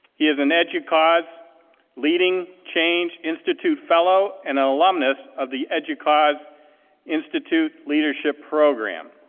he is an educause leading change institute fellow, and an alumnus of the educause institute leadership program.